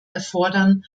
erfordern